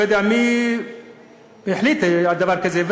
לא יודע מי החליט על דבר כזה.